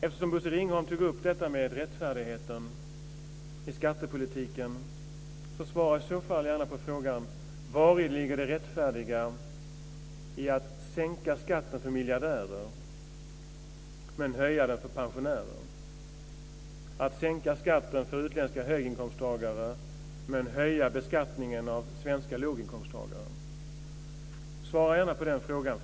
Eftersom Bosse Ringholm tog upp detta med rättfärdigheten i skattepolitiken vill jag gärna att han svarar på frågan: Vari ligger det rättfärdiga i att sänka skatten för miljardärer men höja den för pensionärer, att sänka skatten för utländska höginkomsttagare men höja beskattningen av svenska låginkomsttagare? Svara gärna på den frågan!